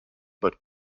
but